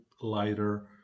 lighter